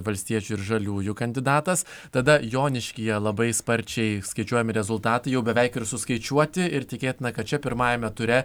valstiečių ir žaliųjų kandidatas tada joniškyje labai sparčiai skaičiuojami rezultatai jau beveik ir suskaičiuoti ir tikėtina kad čia pirmajame ture